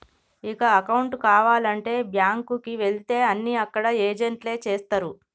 ఇక అకౌంటు కావాలంటే బ్యాంకుకి వెళితే అన్నీ అక్కడ ఏజెంట్లే చేస్తరు